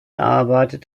arbeitet